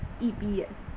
EPS